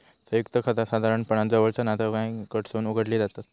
संयुक्त खाता साधारणपणान जवळचा नातेवाईकांकडसून उघडली जातत